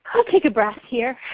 i'll take a breath here.